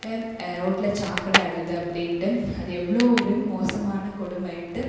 ரோட்டில் சாக்கடை அள்ளுது அப்படின்ட்டு அது எவ்வளோ ஒரு மோசமான கொடுமைன்ட்டு